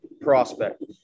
prospect